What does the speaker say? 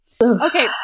Okay